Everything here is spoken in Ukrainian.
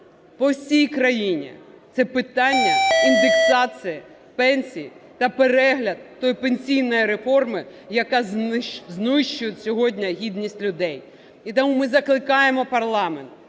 по всій країні, це питання індексації пенсій та перегляд тої пенсійної реформи, яка знищує сьогодні гідність людей. І тому ми закликаємо парламент